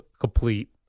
complete